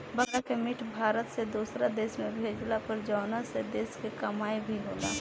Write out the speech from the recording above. बकरा के मीट भारत से दुसरो देश में भेजाला पर जवना से देश के कमाई भी होला